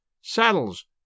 saddles